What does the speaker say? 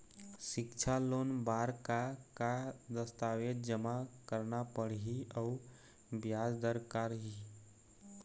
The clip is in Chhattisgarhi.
सिक्छा लोन बार का का दस्तावेज जमा करना पढ़ही अउ ब्याज दर का रही?